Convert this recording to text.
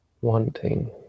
wanting